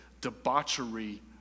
debauchery